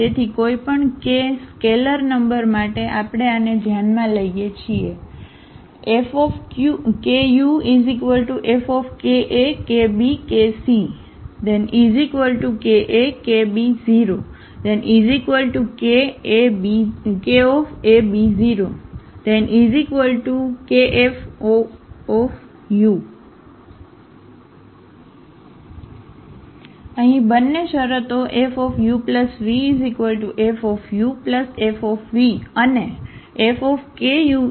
તેથી કોઈપણ k scalar number માટે આપણે આને ધ્યાનમાં લઈએ છીએ FkuFkakbkc kakb0 kab0 kF તેથી અહીં બંને શરતો FuvFuFv અને FkukF છે